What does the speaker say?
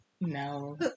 No